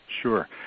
Sure